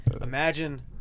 Imagine